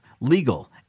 legal